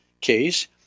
case